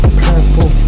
powerful